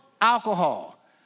alcohol